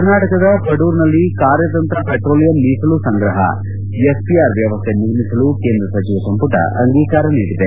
ಕರ್ನಾಟಕದ ಪಡೂರ್ನಲ್ಲಿ ಕಾರ್ಯತಂತ್ರ ಪೆಟ್ರೋಲಿಯಂ ಮೀಸಲು ಸಂಗ್ರಹ ಎಸ್ಪಿಆರ್ ವ್ಯವಸ್ಥೆ ನಿರ್ಮಿಸಲು ಕೇಂದ್ರ ಸಚಿವ ಸಂಪುಟ ಅಂಗೀಕಾರ ನೀಡಿದೆ